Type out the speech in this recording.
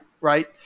Right